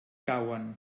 cauen